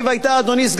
אדוני סגן השר,